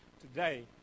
Today